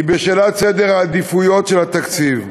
בשאלת סדר העדיפויות של התקציב.